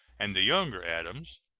and the younger adams,